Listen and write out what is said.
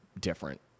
different